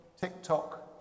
TikTok